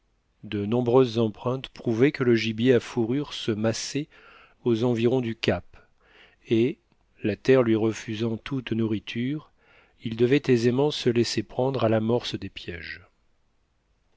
de nombreuses empreintes prouvaient que le gibier à fourrure se massait aux environs du cap et la terre lui refusant toute nourriture il devait aisément se laisser prendre à l'amorce des pièges